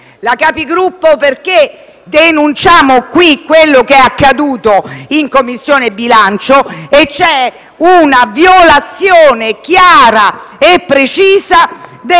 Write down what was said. dei Capigruppo perché denunciamo qui quello che è accaduto in Commissione bilancio: c'è una violazione chiara e precisa